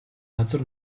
газар